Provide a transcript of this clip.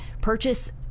purchase